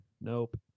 Nope